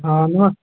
हाँ हलो